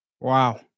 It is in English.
Wow